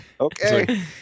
Okay